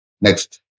Next